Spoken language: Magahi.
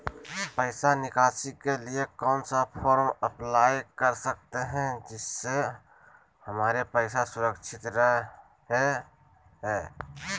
पैसा निकासी के लिए कौन सा फॉर्म अप्लाई कर सकते हैं जिससे हमारे पैसा सुरक्षित रहे हैं?